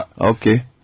Okay